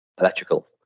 electrical